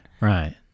Right